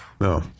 no